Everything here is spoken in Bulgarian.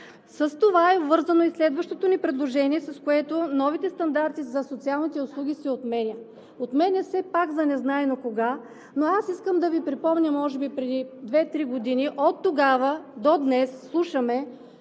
С това е вързано и следващото ни предложение, с което новите стандарти за социалните услуги се отменят. Отменят се пак за незнайно кога. Но аз искам да Ви припомня – може би преди две-три години и оттогава до днес слушаме